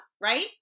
Right